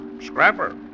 Scrapper